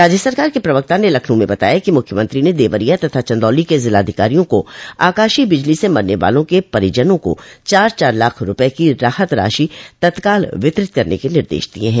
राज्य सरकार के प्रवक्ता ने लखनऊ में बताया कि मुख्यमंत्री ने देवरिया तथा चन्दौली के जिलाधिकारियों को आकाशीय बिजली से मरने वालों के परिजनों का चार चार लाख रूपये की राहत राशि तत्काल वितरित करने के निर्देश दिये हैं